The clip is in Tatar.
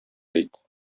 әйт